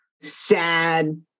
sad